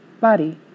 body